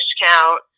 discount